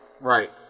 Right